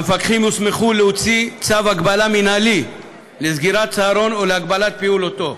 המפקחים יוסמכו להוציא צו הגבלה מינהלי לסגירת צהרון או להגבלת פעילותו.